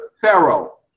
Pharaoh